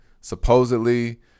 supposedly